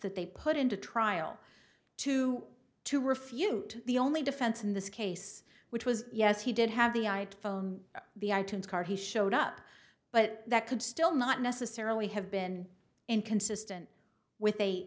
that they put into trial to to refute the only defense in this case which was yes he did have the i phone the i tunes card he showed up but that could still not necessarily have been inconsistent with a